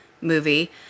movie